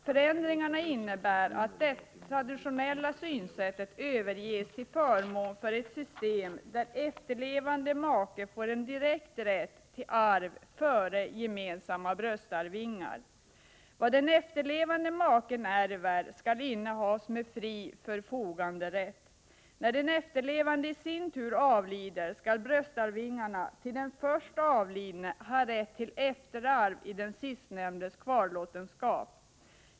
Förändringen innebär att detta traditionella synsätt överges till förmån för ett system där efterlevande make får en direkt rätt till arv före gemensamma bröstarvingar. Vad den efterlevande maken ärver skall innehas med fri förfoganderätt. När den efterlevande i sin tur avlider skall bröstarvingarna till den först avlidne ha rätt till efterarv i den sistnämndes kvarlåtenskap.